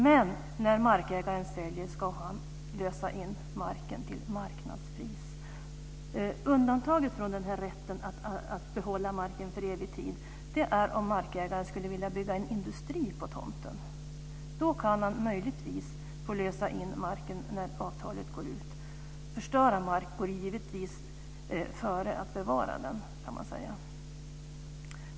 Men när marken säljs ska markägaren lösa in den till marknadspris. Undantaget från rätten att behålla marken för evig tid är om markägaren skulle vilja bygga en industri på tomten. Då kan han möjligtvis få lösa in marken när avtalet går ut. Att förstöra mark går givetvis före att bevara den, kan man säga.